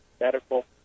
medical